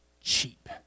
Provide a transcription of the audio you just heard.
cheap